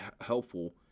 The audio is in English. helpful